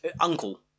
Uncle